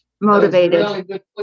motivated